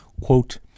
Quote